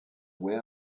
where